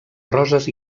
roses